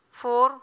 four